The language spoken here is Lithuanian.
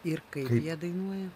ir kaip jie dainuoja